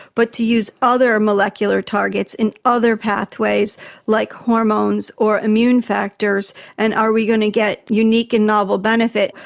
but to use other molecular targets and other pathways like hormones or immune factors, and are we going to get unique and novel benefit?